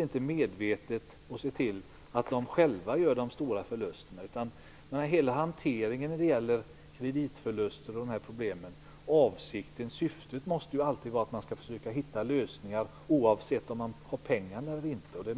inte medvetet kommer att se till att de själva gör de stora förlusterna, om en problemsituation skulle uppstå. Avsikten med hanteringen av kreditproblemen måste alltid vara att komma fram till lösningar, oavsett om man har pengar eller inte.